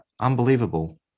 unbelievable